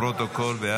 לפרוטוקול, לפרוטוקול.